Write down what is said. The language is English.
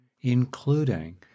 including